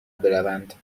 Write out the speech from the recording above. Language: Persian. بروند